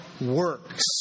works